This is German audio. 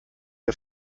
die